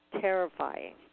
terrifying